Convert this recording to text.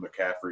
McCaffrey